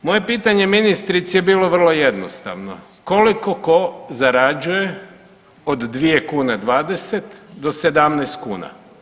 Moje pitanje ministrici je bilo vrlo jednostavno, koliko ko zarađuje od 2 kune 20 do 17 kuna?